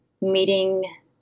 meeting